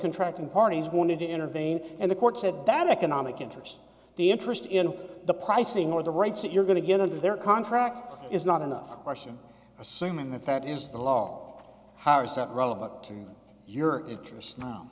contracts and parties wanted to intervene and the court said that economic interest the interest in the pricing or the rights that you're going to get under their contract is not enough question assuming that that is the law how is that relevant to your interests now